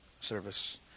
service